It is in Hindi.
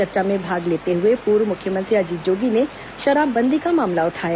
चर्चा में भाग लेते हुए पूर्व मुख्यमंत्री अजीत जोगी ने शराबबंदी का मामला उठाया